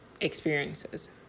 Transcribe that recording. experiences